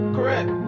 Correct